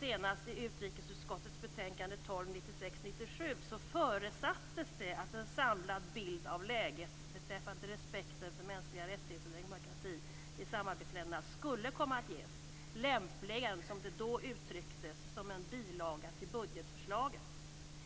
Senast i utrikesutskottets betänkande 1996/97:UU12 förutsattes det att en samlad bild av läget beträffande respekten för mänskliga rättigheter och demokrati i samarbetsländerna skulle komma att ges, lämpligen, som det då uttrycktes, som en bilaga till budgetförslaget.